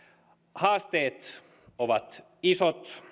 haasteet ovat isot